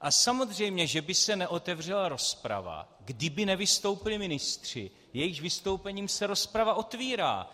A samozřejmě že by se neotevřela rozprava, kdyby nevystoupili ministři, jejichž vystoupením se rozprava otvírá.